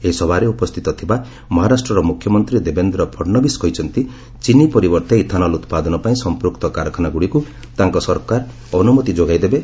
ଏହି ସଭାରେ ଉପସ୍ଥିତ ଥିବା ମହାରାଷ୍ଟ୍ରର ମୁଖ୍ୟମନ୍ତ୍ରୀ ଦେବେନ୍ଦ୍ର ଫଡ୍ନବୀଶ କହିଛନ୍ତି ଚିନି ପରିବର୍ତ୍ତେ ଇଥାନଲ୍ ଉତ୍ପାଦନପାଇଁ ସମ୍ପୁକ୍ତ କାରଖାନାଗୁଡ଼ିକୁ ତାଙ୍କ ସରକାର ଅନୁମତି ଯୋଗାଇ ଦେବେ